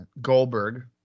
Goldberg